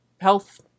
health